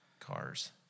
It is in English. Cars